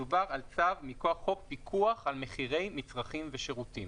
מדובר על צו מכוח חוק פיקוח על מצרכים ושירותים.